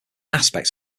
aspect